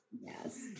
yes